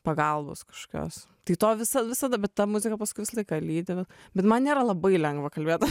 pagalbos kažkokios tai to visa visada bet ta muzika paskui visą laiką lydi bet man nėra labai lengva kalbėt